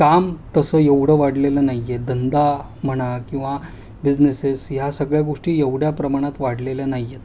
काम तसं एवढं वाढलेलं नाही आहे धंदा म्हणा किंवा बिजनेसेस ह्या सगळ्या गोष्टी एवढ्या प्रमाणात वाढलेल्या नाही आहेत